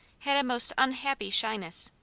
had a most unhappy shyness.